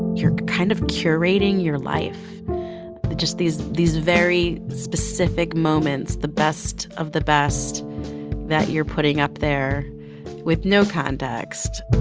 you're kind of curating your life with just these these very specific moments, the best of the best that you're putting up there with no context